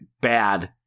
bad